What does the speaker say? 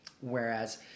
Whereas